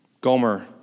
Gomer